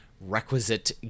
requisite